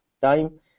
time